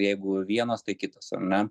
jeigu vienas tai kitas ar ne